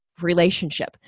relationship